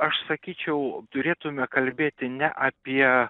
aš sakyčiau turėtume kalbėti ne apie